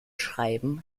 schreiben